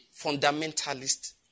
fundamentalist